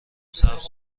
سبز